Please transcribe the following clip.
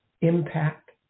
impact